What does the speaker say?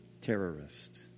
terrorist